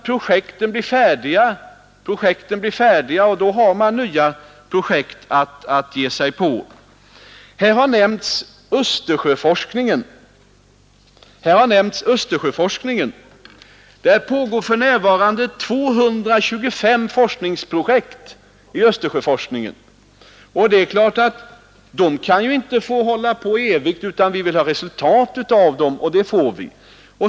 Projekten blir färdiga, och då har man nya projekt att ge sig på. Här har nämnts Östersjöforskningen. Där pågår för närvarande 225 forskningsprojekt. Det är klart att de inte kan få hålla på evigt, utan vi vill ha resultat av dem, och det får vi.